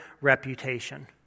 reputation